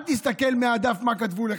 אל תסתכל על הדף, מה כתבו לך,